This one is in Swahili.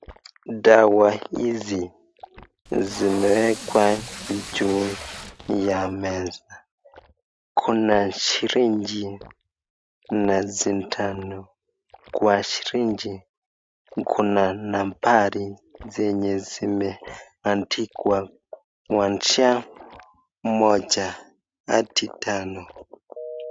Dawa hizi zimewekwa juu ya meza, kuna sirinji na sindano, kwa sirinji kuna nambari zenye zimeandikwa kwanzia moja hadi tano.